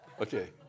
Okay